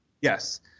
Yes